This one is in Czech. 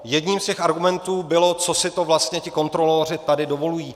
Jedním z argumentů bylo, co si to vlastně ti kontroloři tady dovolují.